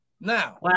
Now